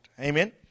Amen